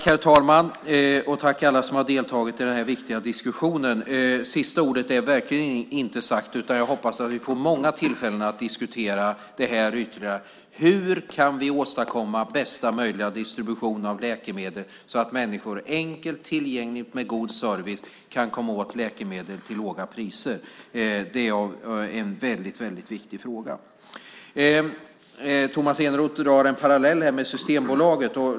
Herr talman! Tack alla som har deltagit i den här viktiga diskussionen! Sista ordet är verkligen inte sagt, utan jag hoppas att vi får många tillfällen att diskutera det här ytterligare. Hur kan vi åstadkomma bästa möjliga distribution av läkemedel, så att människor enkelt - det ska vara tillgängligt och vara god service - kan komma åt läkemedel till låga priser? Det är en väldigt viktig fråga. Tomas Eneroth drar en parallell med Systembolaget.